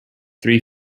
three